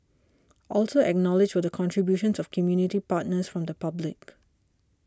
also acknowledged were the contributions of community partners from the public